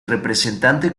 representante